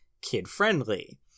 kid-friendly